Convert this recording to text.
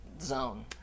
zone